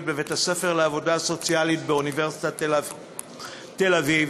בבית-הספר לעבודה סוציאלית באוניברסיטת תל-אביב